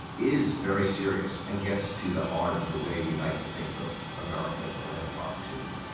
is very serious and gets to the heart of the way we like to think of america as the land of opportunity.